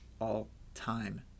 all-time